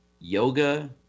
yoga